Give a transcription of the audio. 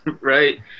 right